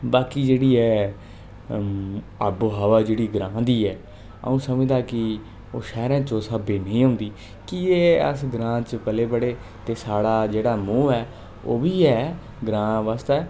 बाकी जेह्ड़ी ऐ आवोहवा जेह्ड़ी ग्रांऽ दी ऐ अ'ऊं समझदा कि ओह् शैह्रां च ओस स्हाबें दी नेईं होंदी कीजे अस ग्रांऽ च पले बढ़े ते साढ़ा जेह्ड़ा मोह् ऐ ओह् बी ऐ ग्रांऽ वास्तै